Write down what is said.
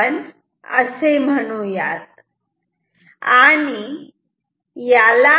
तसेच सेकंडरी साईडच्या leakage reactance ला X2 असे म्हणू यात